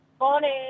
Morning